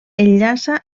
enllaça